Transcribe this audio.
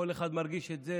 כל אחד מרגיש את זה,